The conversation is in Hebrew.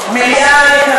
לגמרי.